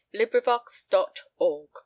LibriVox.org